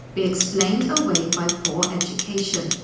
be explained away by poor education.